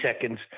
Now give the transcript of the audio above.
seconds